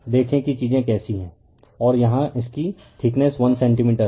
देखें कि चीजें कैसी हैं और यहां इसकी थिकनेस 1 सेंटीमीटर है